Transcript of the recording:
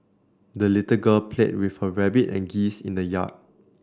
the little girl played with her rabbit and geese in the yard